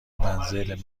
منزل